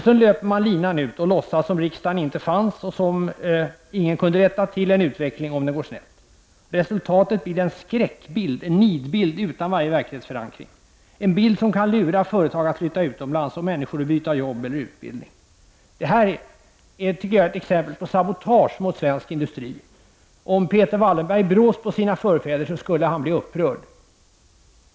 Sedan löper man linan ut och låtsas som om riksdagen inte fanns och som om ingen kunde rätta till en utveckling om den går snett. Resultatet blir en skräckbild, en nidbild, utan varje verklighetsförankring — en bild som kan lura företag att flytta utomlands och människor att byta arbete eller utbildning. Detta tycker jag är ett exempel på sabotage mot svensk industri. Om Peter Wallenberg brås på sina förfäder skulle han bli upprörd.